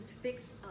fix